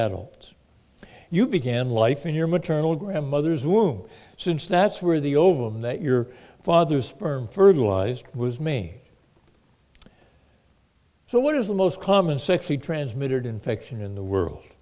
adults you began life in your maternal grandmother's womb since that's where the ovum that your father sperm fertilized was main so what is the most common sexy transmitted infection in the world